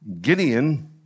Gideon